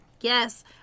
Yes